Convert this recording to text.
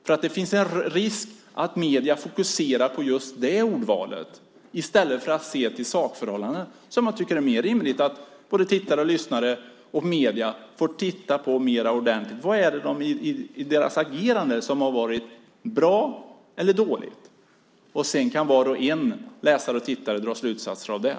Risken finns ju att medierna fokuserar på just det ordvalet i stället för att se till sakförhållandet som jag tycker att det är mer rimligt att tittare, lyssnare och medier mer ordentligt får studera. Vad i agerandet har varit bra eller dåligt? Sedan kan var och en - såväl läsare som tittare - dra slutsatser av det.